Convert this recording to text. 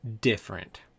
different